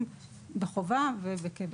המשרתים בחובה ובקבע.